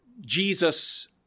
Jesus